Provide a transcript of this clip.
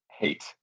hate